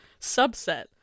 subset